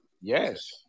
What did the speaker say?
Yes